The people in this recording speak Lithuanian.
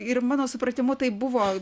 ir mano supratimu tai buvo